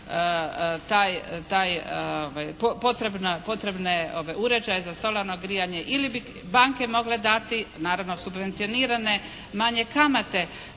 potrebne uređaje za solarno grijanje ili bi banke mogle dati naravno subvencionirane, manje kamate